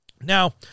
Now